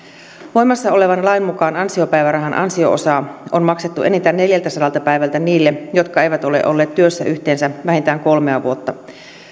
voimassa olevan lain mukaan ansiopäivärahan ansio osaa on maksettu enintään neljältäsadalta päivältä niille jotka eivät ole olleet työssä yhteensä vähintään kolmea vuotta